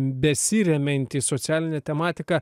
besiremianti socialinė tematika